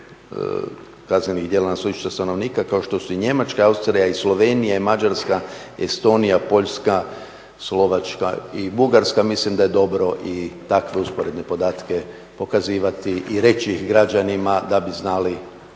kao što su i Njemačka i Austrija i Slovenija i Mađarska, Estonija, Poljska, Slovačka i Bugarska. Mislim da je dobro i takve usporedne podatke pokazivati i reći građanima da bi znali